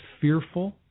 fearful